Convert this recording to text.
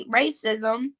racism